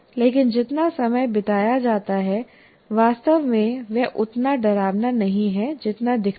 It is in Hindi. लेकिन जितना समय बिताया जाता है वास्तव में वह उतना डरावना नहीं है जितना दिखता है